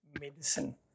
medicine